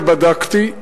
ובדקתי,